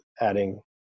adding